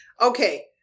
Okay